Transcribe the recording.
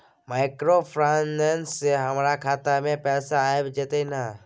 Microfinance से हमारा खाता में पैसा आबय जेतै न?